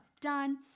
done